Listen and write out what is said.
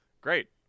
great